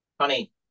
honey